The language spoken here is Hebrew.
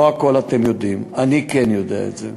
לא הכול אתם יודעים, אני כן יודע את זה.